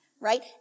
right